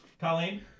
Colleen